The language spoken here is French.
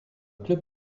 club